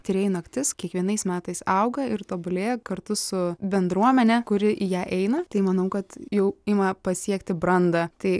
tyrėjų naktis kiekvienais metais auga ir tobulėja kartu su bendruomene kuri į ją eina tai manau kad jau ima pasiekti brandą tai